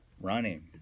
running